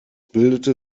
bildete